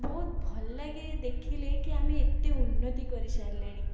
ବହୁତ ଭଲ ଲାଗେ ଦେଖିଲେ କି ଆମେ ଏତେ ଉନ୍ନତି କରିସାରିଲେଣି